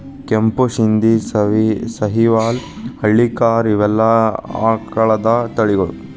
ಕೆಂಪು ಶಿಂದಿ, ಸಹಿವಾಲ್ ಹಳ್ಳಿಕಾರ ಇವೆಲ್ಲಾ ಆಕಳದ ತಳಿಗಳು